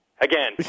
Again